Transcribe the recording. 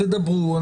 תדברו,